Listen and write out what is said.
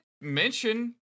mention